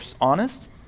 honest